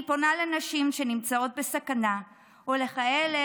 אני פונה לנשים שנמצאות בסכנה או לכאלה